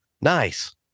Nice